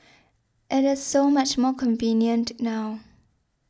it is so much more convenient now